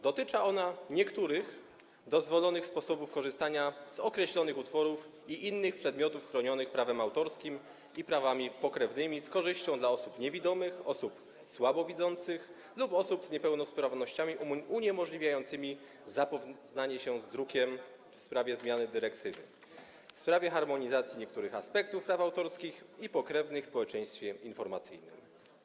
Dotyczy ona niektórych dozwolonych sposobów korzystania z określonych utworów i innych przedmiotów chronionych prawem autorskim i prawami pokrewnymi z korzyścią dla osób niewidomych, osób słabowidzących lub osób z niepełnosprawnościami uniemożliwiającymi zapoznawanie się z drukiem oraz w sprawie zmiany dyrektywy w sprawie harmonizacji niektórych aspektów praw autorskich i pokrewnych w społeczeństwie informacyjnym.